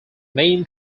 main